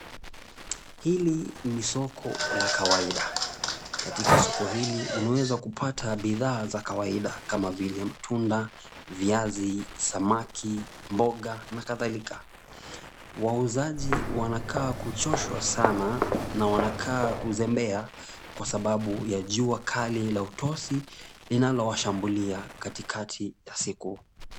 Hili ni soko la kawaida. Katika soko hili unaweza kupata bidhaa za kawaida kama vile mtunda, viazi, samaki, mboga na kadhalika. Wauzaji wanakaa kuchoshwa sana na wanakaa kuzembea kwa sababu ya jua kali la utosi linalowashambulia katikati ya siku.